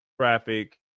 traffic